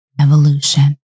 evolution